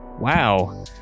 wow